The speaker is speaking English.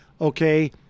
Okay